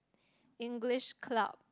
English club